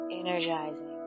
energizing